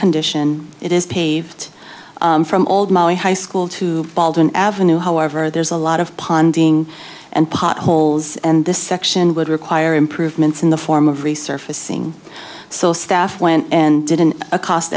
condition it is paved from old high school to baldwin avenue however there's a lot of ponding and potholes and this section would require improvements in the form of resurfacing so staff went and did an a cost